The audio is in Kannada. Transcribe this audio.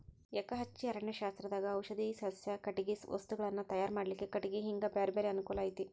ಎಕಹಚ್ಚೆ ಅರಣ್ಯಶಾಸ್ತ್ರದಾಗ ಔಷಧಿ ಸಸ್ಯ, ಕಟಗಿ ವಸ್ತುಗಳನ್ನ ತಯಾರ್ ಮಾಡ್ಲಿಕ್ಕೆ ಕಟಿಗಿ ಹಿಂಗ ಬ್ಯಾರ್ಬ್ಯಾರೇ ಅನುಕೂಲ ಐತಿ